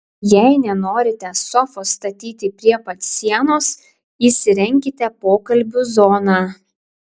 jei nenorite sofos statyti prie pat sienos įsirenkite pokalbių zoną